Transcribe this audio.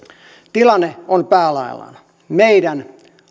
tilanne on päälaellaan meidän